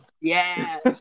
Yes